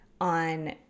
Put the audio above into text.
on